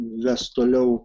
ves toliau